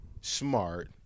Smart